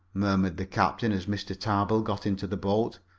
murmured the captain, as mr. tarbill got into the boat.